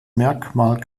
merkmal